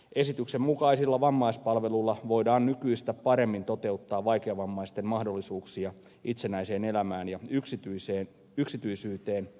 esityksen mukaisilla vammaispalveluilla voidaan nykyistä paremmin toteuttaa vaikeavammaisten mahdollisuuksia itsenäiseen elämään ja yksityisyyteen